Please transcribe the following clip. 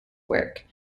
work